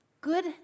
good